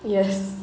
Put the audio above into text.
yes